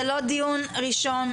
זה לא דיון ראשון,